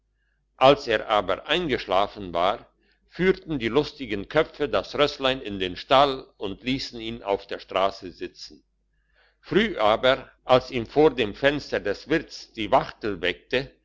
als er aber eingeschlafen war führten die lustigen köpfe das rösslein in den stall und liessen ihn auf der strasse sitzen früh aber als ihn vor dem fenster des wirts die wachtel weckte